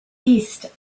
east